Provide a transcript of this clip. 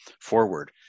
forward